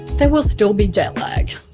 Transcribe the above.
there will still be jet lag.